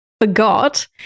forgot